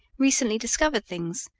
recently discovered things,